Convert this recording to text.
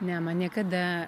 ne man niekada